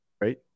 right